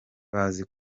bazi